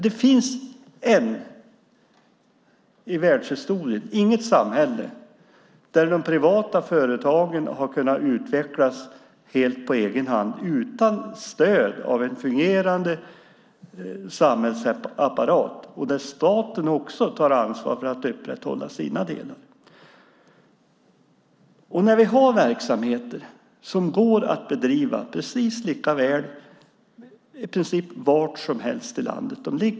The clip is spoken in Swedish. Det finns ännu i världshistorien inte något samhälle där de privata företagen har kunnat utvecklas helt på egen hand utan stöd av en fungerande samhällsapparat, där staten också tar ansvar för att upprätthålla sina delar. Vi har verksamheter som går att bedriva i princip var som helst i landet.